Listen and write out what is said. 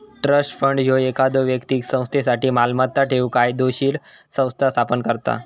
trust fund ह्यो एखाद्यो व्यक्तीक संस्थेसाठी मालमत्ता ठेवूक कायदोशीर संस्था स्थापन करता